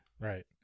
right